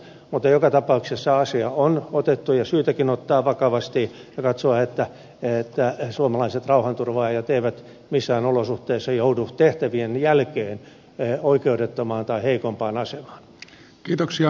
mutta joka tapauksessa asia on otettu ja on syytäkin ottaa vakavasti ja katsoa että suomalaiset rauhanturvaajat eivät missään olosuhteissa joudu tehtävien jälkeen oikeudettomaan tai heikompaan asemaan